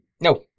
No